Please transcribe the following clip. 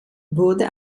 wurde